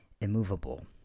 immovable